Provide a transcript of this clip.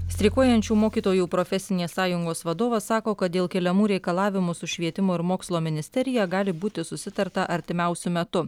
streikuojančių mokytojų profesinės sąjungos vadovas sako kad dėl keliamų reikalavimų su švietimo ir mokslo ministerija gali būti susitarta artimiausiu metu